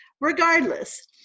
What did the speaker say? Regardless